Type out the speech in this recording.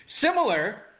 similar